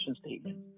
statement